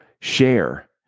share